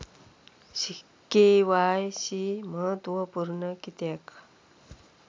KYC महत्त्वपुर्ण किद्याक?